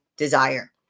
desire